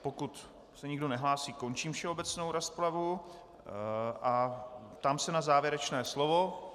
Pokud se nikdo nehlásí, končím všeobecnou rozpravu a ptám se na závěrečné slovo.